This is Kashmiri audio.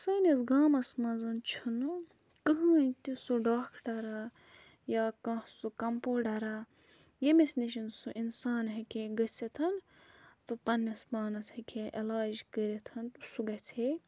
سٲنِس گامَس مَنٛز چھُنہٕ کٕہیٖنۍ تہِ سُہ ڈاکٹَر یا یا کانٛہہ سُہ کَمپوڈَرا ییٚمِس نِش سُہ اِنسان ہٮ۪کہِ ہے گٔژھِتھ تہٕ پَنٛنِس پانَس ہٮ۪کہِ ہے علاج کٔرِتھ تہٕ سُہ گَژھِ ہے